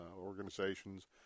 organizations